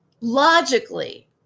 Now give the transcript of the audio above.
logically